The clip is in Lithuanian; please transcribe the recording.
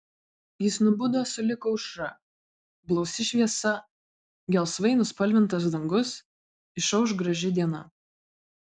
jis nubudo sulig aušra blausi šviesa gelsvai nuspalvintas dangus išauš graži diena